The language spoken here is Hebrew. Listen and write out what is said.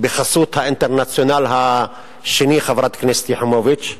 בחסות האינטרנציונל השני, חברת הכנסת יחימוביץ,